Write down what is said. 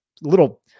little –